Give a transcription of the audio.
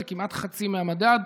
זה כמעט חצי מהמדד,